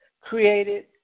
created